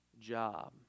job